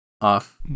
Off